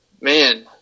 Man